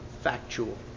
factual